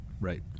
Right